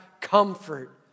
comfort